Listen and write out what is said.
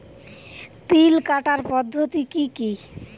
তিল কাটার পদ্ধতি কি কি?